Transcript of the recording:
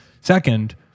second